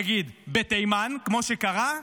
נניח, בתימן, כמו שקרה,